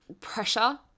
pressure